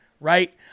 right